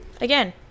Again